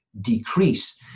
decrease